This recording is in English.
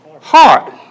heart